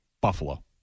Buffalo